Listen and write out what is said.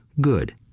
good